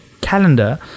calendar